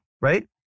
right